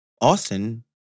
Austin